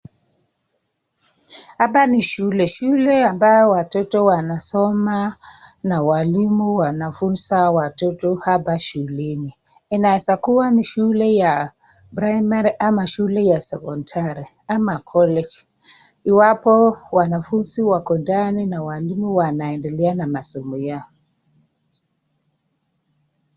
Hapa ni shule, shule ambayo watoto wanasoma na walimu wanafunza watoto hapa shuleni. Inaeza kuwa ni shule ya primary ama shule ya sekondari ama college . Iwapo wanafunzi wako ndani na walimu wanaendelea na masomo yao.